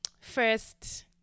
first